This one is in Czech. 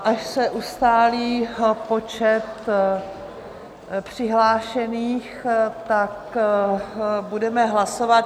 Až se ustálí počet přihlášených, tak budeme hlasovat.